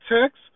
Text